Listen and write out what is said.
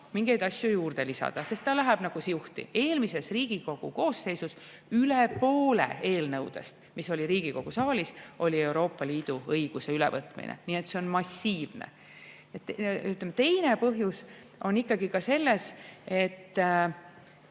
mingeid asju juurde lisada, sest ta läheb nagu siuhti. Eelmises Riigikogu koosseisus oli üle poole eelnõudest, mis olid Riigikogu saalis, Euroopa Liidu õiguse ülevõtmine. Nii et see on massiivne. Teine põhjus on ikkagi ka selles, et